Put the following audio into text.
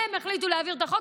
הם החליטו להעביר את החוק,